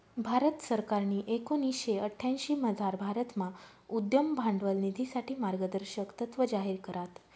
भारत सरकारनी एकोणीशे अठ्यांशीमझार भारतमा उद्यम भांडवल निधीसाठे मार्गदर्शक तत्त्व जाहीर करात